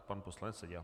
Pan poslanec Seďa.